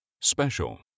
Special